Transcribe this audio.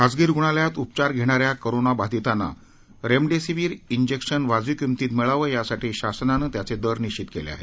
खासगी रुग्णालयात उपचार घेणाऱ्या कोरोनाबाधितांना रेमडेसिविर इंजेक्शन वाजवी किंमतीत मिळावं यासाठी शासनानं त्याचे दर निश्चित केले आहेत